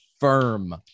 firm